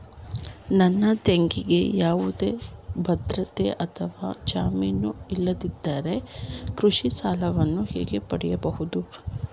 ನನ್ನ ತಂಗಿಗೆ ಯಾವುದೇ ಭದ್ರತೆ ಅಥವಾ ಜಾಮೀನು ಇಲ್ಲದಿದ್ದರೆ ಕೃಷಿ ಸಾಲವನ್ನು ಹೇಗೆ ಪಡೆಯಬಹುದು?